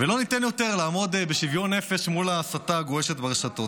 ולא ניתן יותר לעמוד בשוויון נפש מול ההסתה הגועשת ברשתות,